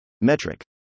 metric